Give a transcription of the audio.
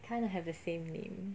kind of have the same name